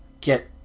get